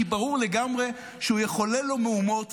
כי ברור לגמרי שהוא יחולל לו מהומות,